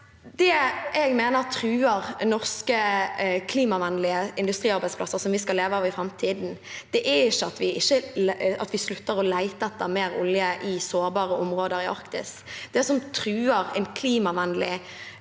Det jeg mener truer norske klimavennlige industriarbeidsplasser som vi skal leve av i framtiden, er ikke at vi slutter å lete etter mer olje i sårbare områder i Arktis. Det som truer en klimavennlig